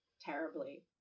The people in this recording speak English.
terribly